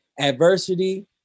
Adversity